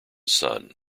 son